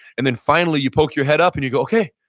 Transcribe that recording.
and then finally you poke your head up and you go, okay,